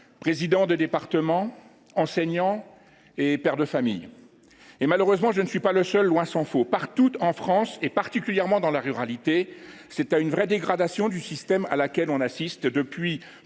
président de département, enseignant et père de famille. Malheureusement, je ne suis pas le seul, tant s’en faut. Partout en France, particulièrement dans la ruralité, c’est à une véritable dégradation du système que nous assistons depuis